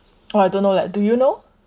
oh I don't know leh do you know